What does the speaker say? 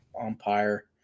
umpire